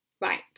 Right